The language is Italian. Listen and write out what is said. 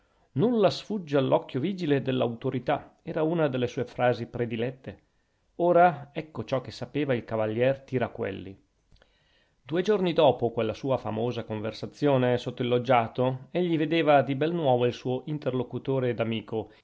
nulla sfugge all'occhio vigile dell'autorità era una delle sue frasi predilette ora ecco ciò che sapeva il cavalier tiraquelli due giorni dopo quella sua famosa conversazione sotto il loggiato egli vedeva di bel nuovo il suo interlocutore